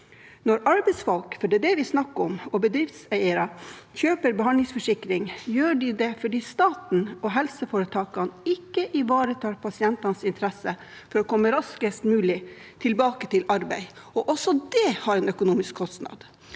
Når arbeidsfolk – for det er det vi snakker om – og bedriftseiere kjøper behandlingsforsikring, gjør de det fordi staten og helseforetakene ikke ivaretar pasientenes interesse i å komme raskest mulig tilbake til arbeid. Også det har en økonomisk kostnad.